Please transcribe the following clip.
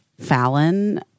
Fallon